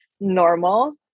normal